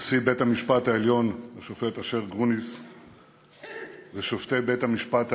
נשיא בית-המשפט העליון השופט אשר גרוניס ושופטי בית-המשפט העליון,